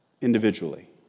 individually